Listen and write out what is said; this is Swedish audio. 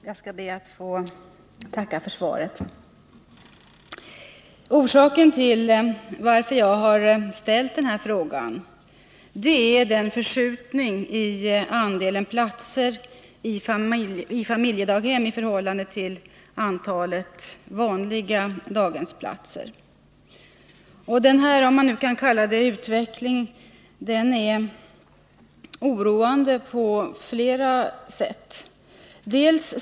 Fru talman! Jag ber att få tacka för svaret. Orsaken till att jag har framställt denna interpellation är den förskjutning som skett mot en ökning av andelen platser i familjedaghem i förhållande till antalet daghemsplatser. Denna utveckling — om man nu kan kalla det så — är oroande på flera sätt. Bl.